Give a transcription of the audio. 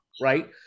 Right